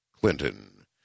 Clinton